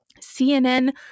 cnn